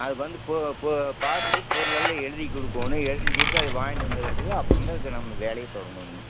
அது வந்து பார்த்துட்டு பொருளெல்லாம் எழுதி கொடுக்கோணும் எழுதி கொடுத்து அது வாங்கிவிட்டு வந்த கடைசில அப்புறந்தான் இதுக்கு நம்ம வேலையே தொடங்கோணுங்க